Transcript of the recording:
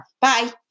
Bye